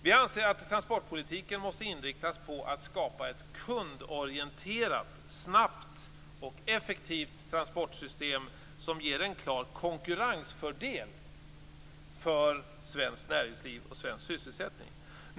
Vi anser att transportpolitiken måste inriktas på att skapa ett kundorienterat, snabbt och effektivt transportsystem, som ger en klar konkurrensfördel för svenskt näringsliv och svensk sysselsättning.